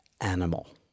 animal